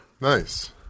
nice